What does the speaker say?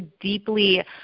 deeply